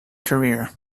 career